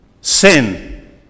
Sin